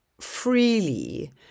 freely